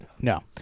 No